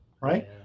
right